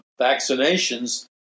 vaccinations